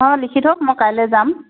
অঁ লিখি থওক মই কাইলৈ যাম